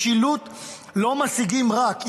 משילות לא מציגים רק,